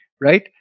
right